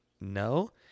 no